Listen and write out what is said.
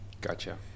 Gotcha